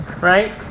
Right